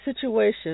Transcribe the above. situation